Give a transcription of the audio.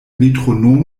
metronom